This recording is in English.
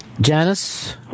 Janice